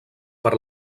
per